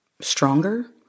stronger